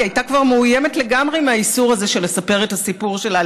היא הייתה כבר מאוימת לגמרי מהאיסור הזה של לספר את הסיפור שלה.